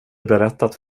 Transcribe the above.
berättat